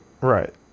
Right